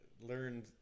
learned